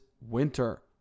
winter